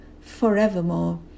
forevermore